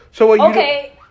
Okay